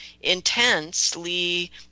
intensely